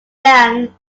than